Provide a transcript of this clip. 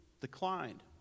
declined